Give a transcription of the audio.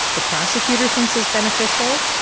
the prosecutor thinks is beneficial.